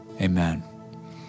amen